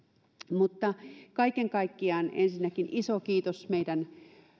mutta kaiken kaikkiaan ensinnäkin iso kiitos meidän